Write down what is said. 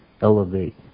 elevate